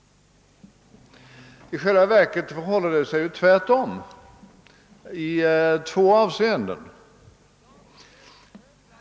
I själva verket förhåller det sig tvärtom i två avseenden.